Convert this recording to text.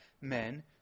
men